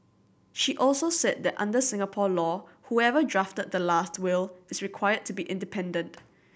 she also said that under Singapore law whoever drafted the last will is required to be independent